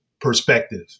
Perspective